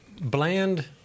Bland